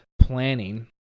planning